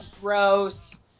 Gross